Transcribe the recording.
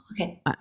okay